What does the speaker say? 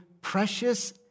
precious